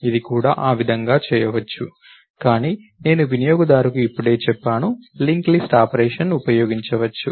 ఇది కూడా ఆ విధంగా చేయవచ్చు కానీ నేను వినియోగదారుకు ఇప్పుడే చెప్పాను లింక్ లిస్ట్ ఆపరేషన్ ఉపయోగించవచ్చు